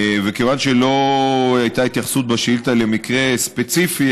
וכיוון שלא הייתה התייחסות בשאילתה למקרה ספציפי,